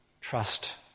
trust